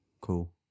Cool